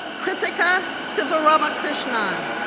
krithika sivaramakrishnan,